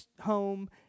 home